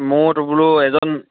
মইয়ো বোলো এজন